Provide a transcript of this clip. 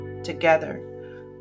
Together